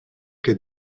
que